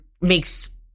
makes